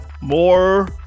More